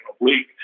oblique